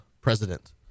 president